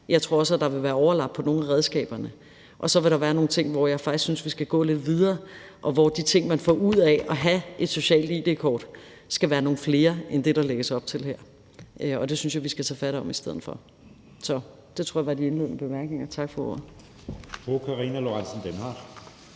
Jeg tror så, at der vil være overlap på nogle af redskaberne, og så vil der være nogle ting, hvor jeg faktisk synes vi skal gå lidt videre, og hvor de ting, man får ud af at have et socialt id-kort, skal være nogle flere end det, der lægges op til her. Det synes jeg vi skal tage fat om i stedet for. Det tror jeg var de indledende bemærkninger. Tak for ordet.